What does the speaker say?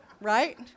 right